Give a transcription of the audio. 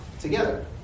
together